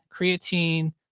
creatine